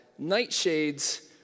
nightshades